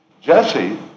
Jesse